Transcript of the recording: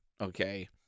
Okay